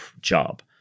job